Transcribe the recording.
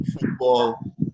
football